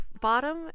bottom